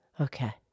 Okay